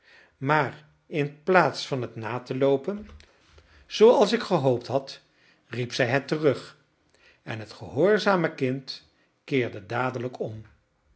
maar in plaats van het na te loopen zooals ik gehoopt had riep zij het terug en het gehoorzame kind keerde dadelijk om